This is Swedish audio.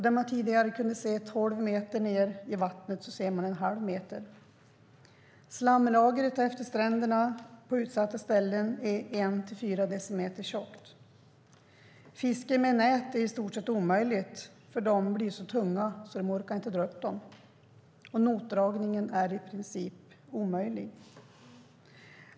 Där man tidigare kunde se tolv meter ned i vattnet, ser man nu bara en halv meter. Slamlagret utmed stränderna på utsatta lägen är en till fyra decimeter tjockt. Fiske med nät är i stort sett omöjligt eftersom näten blir så tunga för att man ska orka dra upp dem. Notdragning är i princip omöjligt.